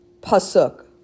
pasuk